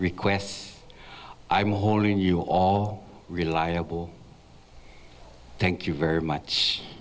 request i'm holding you all reliable thank you very much